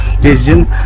vision